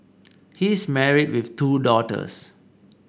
he is married with two daughters